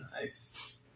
Nice